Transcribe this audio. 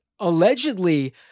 Allegedly